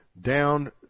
down